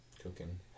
Cooking